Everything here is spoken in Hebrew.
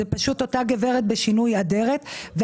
זו פשוט אותה גברת בשינוי אדרת.